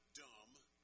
dumb